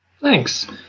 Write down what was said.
Thanks